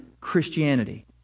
Christianity